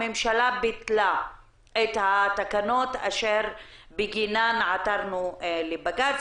הממשלה ביטלה את התקנות אשר בגינן עתרנו לבג"ץ